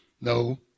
no